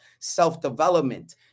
self-development